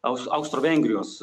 aus austro vengrijos